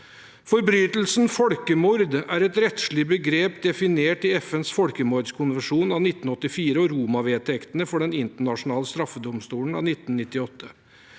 Forbrytelsen folkemord er et rettslig begrep definert i FNs folkemordskonvensjon av 1948 og Roma-vedtektene for Den internasjonale straffedomstolen av 1998.